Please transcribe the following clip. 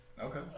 Okay